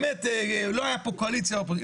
באמת, לא הייתה פה קואליציה, אופוזיציה.